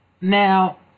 Now